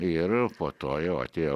ir po to jau atėjo